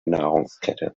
nahrungskette